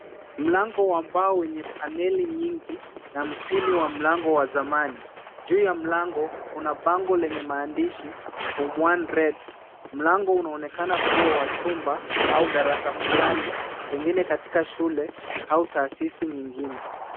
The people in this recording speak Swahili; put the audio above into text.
Mlango wa mbao wenye panel nyingi na mpini wa mlango wa zamani. Juu ya mlango, kuna bango lenye maandishi Form one red . Mlango unaonekana kuwa wa chumba au darasa fulani, pengine katika shule au taasisi nyingine.